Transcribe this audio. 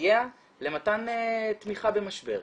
שמסייע למתן תמיכה במשבר.